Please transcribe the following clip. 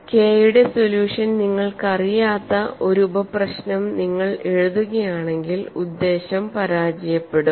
K യുടെ solution നിങ്ങൾക്കറിയാത്ത ഒരു ഉപ പ്രശ്നം നിങ്ങൾ എഴുതുകയാണെങ്കിൽ ഉദ്ദേശ്യം പരാജയപ്പെടും